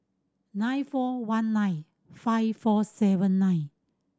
nine four one nine five four seven nine